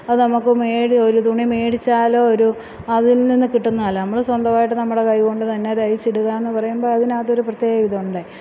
അത് നമുക്ക് മേടി ഒര് തുണി മേടിച്ചാലോ ഒരു അതില്നിന്ന് കിട്ടുന്നതല്ല നമ്മള് സ്വന്തമായിട്ട് നമ്മുടെ കൈകൊണ്ട് തന്നെ തയിച്ചിടുക എന്ന് പറയുമ്പം അതിനാത്തൊര് പ്രത്യേക ഇതുണ്ട്